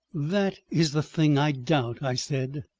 that is the thing i doubt, i said,